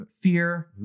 Fear